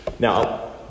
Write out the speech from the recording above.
Now